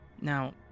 Now